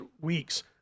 week's